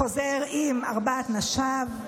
חוזר עם ארבע נשיו,